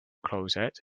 closet